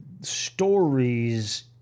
stories